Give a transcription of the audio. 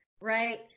right